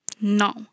No